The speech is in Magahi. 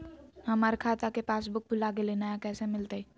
हमर खाता के पासबुक भुला गेलई, नया कैसे मिलतई?